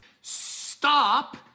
Stop